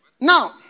Now